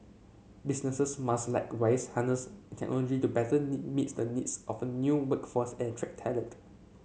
businesses must likewise harness technology to better meet the needs of a new workforce and attract talent